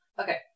Okay